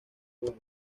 buena